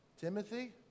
Timothy